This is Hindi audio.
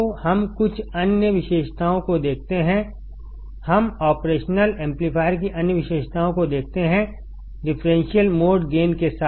तो हम कुछ अन्य विशेषताओं को देखते हैंहम ऑपरेशनल एम्पलीफायर की अन्य विशेषताओं को देखते हैंडिफरेंशियल मोड गेन के साथ